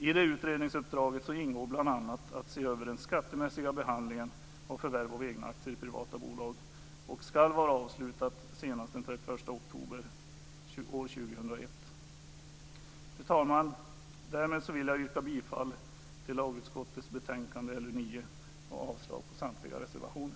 I det utredningsuppdraget ingår bl.a. att se över den skattemässiga behandlingen av förvärv av egna aktier i privata bolag. Utredningen ska vara avslutad senast den 31 oktober 2001. Fru talman! Därmed vill jag yrka bifall till hemställan i lagutskottets betänkande LU9 och avslag på samtliga reservationer.